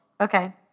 Okay